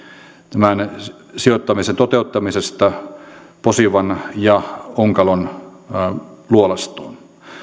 tämän sijoittamisen toteuttamisesta posivan ja onkalon luolastoon